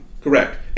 Correct